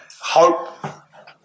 hope